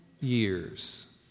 years